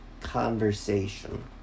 conversation